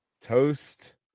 toast